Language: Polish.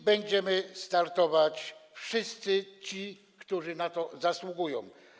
Będą wtedy startować wszyscy ci, którzy na to zasługują.